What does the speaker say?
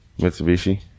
Mitsubishi